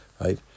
right